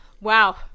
wow